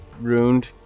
ruined